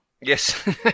Yes